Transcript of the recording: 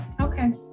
okay